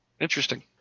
Interesting